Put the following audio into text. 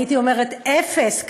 הייתי אומרת: אפס,